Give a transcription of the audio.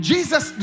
Jesus